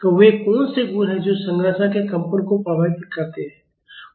तो वे कौन से गुण हैं जो संरचना के कंपन को प्रभावित करते हैं